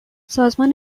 سازمان